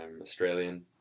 Australian